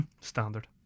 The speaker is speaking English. Standard